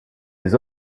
des